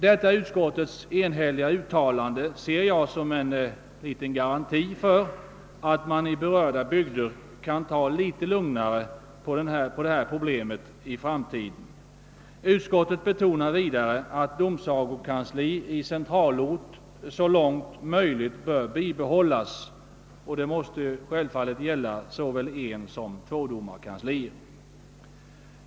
Detta utskottets enhälliga uttalande ser jag som en garanti för att man i berörda bygder kan se lugnare på detta problem i framtiden. Utskottet betonar vidare att domsagokansli i centralort så långt möjligt bör bibehållas, och det måste självfallet gälla såväl ensom tvådomarkanslier.